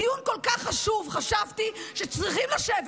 בדיון כל כך חשוב חשבתי שצריכים לשבת